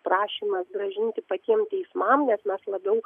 prašymas grąžinti patiem teismam nes mes labiau